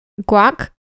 guac